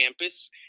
Campus